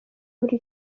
muri